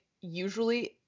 usually